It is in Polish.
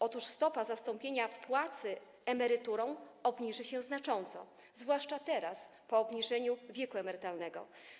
Otóż stopa zastąpienia płacy emeryturą obniży się znacząco, zwłaszcza teraz, po obniżeniu wieku emerytalnego.